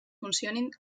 funcionin